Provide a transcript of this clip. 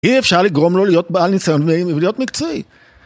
אי אפשר לגרום לו להיות בעל ניסיון, ולהיות מקצועי.